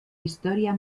historia